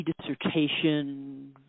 dissertation